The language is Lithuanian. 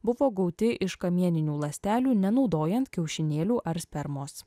buvo gauti iš kamieninių ląstelių nenaudojant kiaušinėlių ar spermos